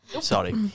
Sorry